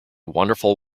wonderful